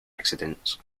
accidents